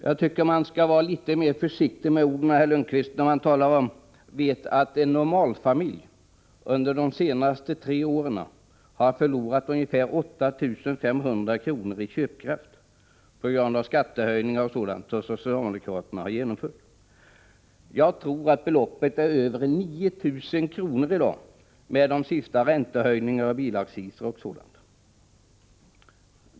Jag tycker att man skall vara litet mer försiktig med orden när man vet att en normalfamilj under de senaste tre åren förlorat ungefär 8 500 kr. i köpkraft på grund av de skattehöjningar och sådant som socialdemokraterna genomfört. Jag tror att beloppet nu är uppe i över 9 000 kr. efter den senaste räntehöjningen, bilaccisen och sådant.